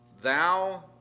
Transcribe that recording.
thou